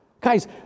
Guys